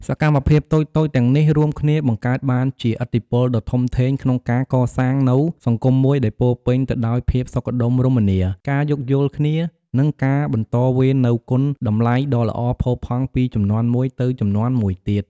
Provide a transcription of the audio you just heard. សកម្មភាពតូចៗទាំងនេះ រួមគ្នាបង្កើតបានជាឥទ្ធិពលដ៏ធំធេងក្នុងការកសាងនូវសង្គមមួយដែលពោរពេញទៅដោយភាពសុខដុមរមនា ការយោគយល់គ្នា និងការបន្តវេននូវគុណតម្លៃដ៏ល្អផូរផង់ពីជំនាន់មួយទៅជំនាន់មួយទៀត។